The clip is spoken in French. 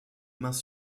mains